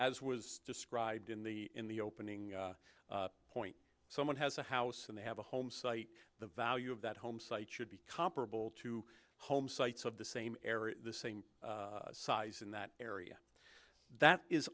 as was described in the in the opening point someone has a house and they have a home site the value of that home site should be comparable to home sites of the same area the same size in that area that is